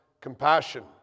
compassion